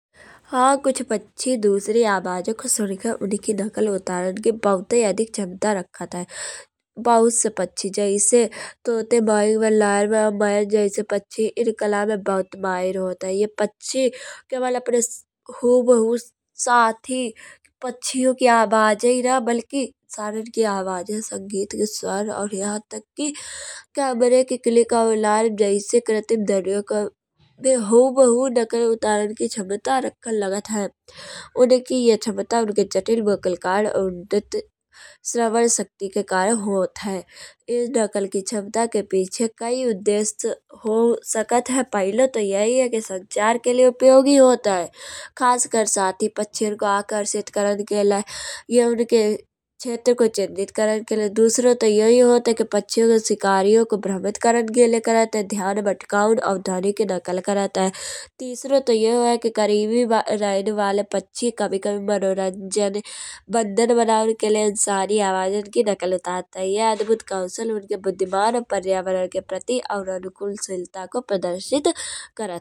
हाँ कुछ पक्षी दुसरे आवाजो को सुनके उनकी नकल उतारन के बहुतई अधिक क्षमता रखत है। बहुत से पक्षी जैसे तोते वायु में जैसे पक्षी एन कला में बहुत माहिर होत है। यह पक्षी केवल अपने हू-ब-हू साथी पक्षियों की आवाजेयी ना बल्कि सरेन के आवाजे संगीत के स्वर और यहाँ तक कि कैमरे के क्लिक और जैसे कृत्रिम ध्वनियों के भी हू ब हू नकल उतारण की क्षमता रखन लागत है। उनकी यह क्षमता उनके चतिल वित्त कार्य और उनके स्रवद शक्ति के कारण होत है। एस नकल की क्षमता के पीछे कई उद्देश्य हो सकत है। पहले तो यही है कि संचार के लिए उपयोगी होत है। खासकर साथी पक्षियन का आकर्षित करन के लाये या उनके क्षेत्र को चिन्हित करन के लये। दुसरों तो यही होत है कि पक्षियों और शिकारियों को भ्रमित करन के लये करत है ध्यान भटकाउन और ध्वनि के नकल करत है। तीसरो तो यो है करीबी रहन वाले पक्षी कभी कभी मनोरंजन बंधन बनाउन के लये इंसानी आवाजन की नकल उतरत है। या अद्भुत उनके बुद्धिमान पर्यावरण के प्रति और अनुकूलशीता को प्रदर्शित करत है।